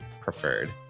preferred